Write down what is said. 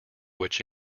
which